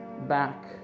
back